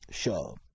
show